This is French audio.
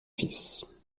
fils